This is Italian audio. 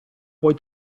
puoi